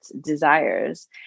desires